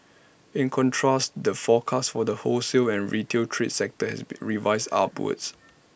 in contrast the forecast for the wholesale and retail trade sector has be revised upwards